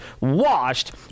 washed